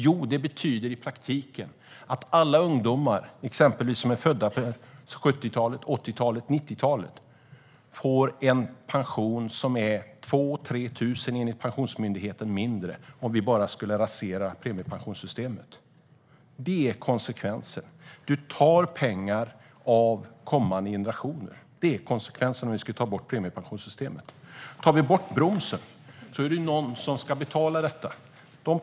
Jo, det betyder i praktiken att alla ungdomar, exempelvis de som är födda på 70-, 80 och 90-talen, skulle få en pension som enligt Pensionsmyndigheten är 2 000-3 000 lägre om vi skulle rasera premiepensionssystemet. Det blir konsekvensen. Du tar pengar av kommande generationer. Det blir konsekvensen om vi skulle ta bort premiepensionssystemet. Om vi tar bort bromsen är det någon som ska betala detta.